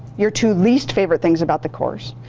your two least favorite things about the course,